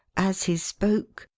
as he spoke,